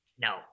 No